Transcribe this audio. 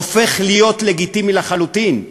הופך להיות לגיטימי לחלוטין,